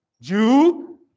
Jew